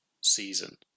season